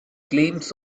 claims